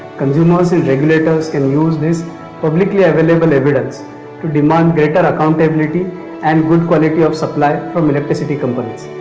consumers and regulators can use this publicly available evidence to demand greater accountability and good quality of supply from electricity companies.